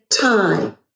time